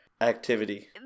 activity